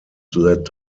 that